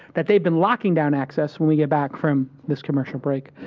that they've been locking down access, when we get back from this commercial break.